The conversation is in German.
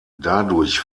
dadurch